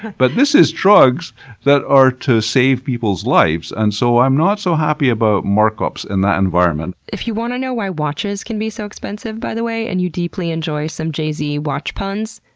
but this is drugs that are to save people's lives, and so i'm not so happy about mark-ups in that environment. if you want to know why watches can be so expensive, by the way, and you deeply enjoy some jay-z watch puns,